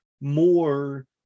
more